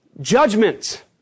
judgment